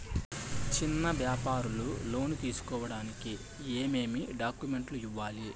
చిన్న వ్యాపారులు లోను తీసుకోడానికి ఏమేమి డాక్యుమెంట్లు ఇవ్వాలి?